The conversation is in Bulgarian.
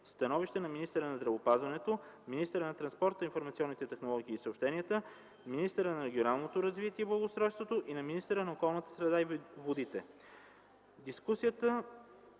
становищата на министъра на здравеопазването, министъра на транспорта, информационните технологии и съобщенията, министъра на регионалното развитие и благоустройството и на министъра на околната среда и водите.